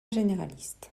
généraliste